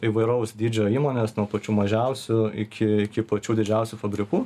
įvairaus dydžio įmonės nuo pačių mažiausių iki iki pačių didžiausių fabrikų